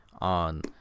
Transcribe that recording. on